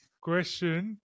question